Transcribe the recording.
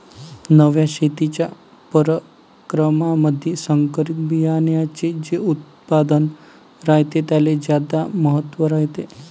नव्या शेतीच्या परकारामंधी संकरित बियान्याचे जे उत्पादन रायते त्याले ज्यादा महत्त्व रायते